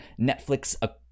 Netflix